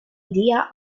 idea